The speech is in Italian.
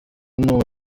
nome